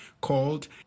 called